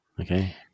Okay